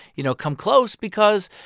you know, come close because,